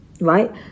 right